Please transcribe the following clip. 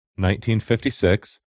1956